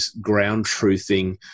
ground-truthing